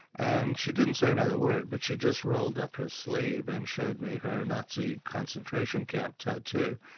and she didn't say another word, but she just rolled up her sleeve and showed me her nazi concentration camp tattoo.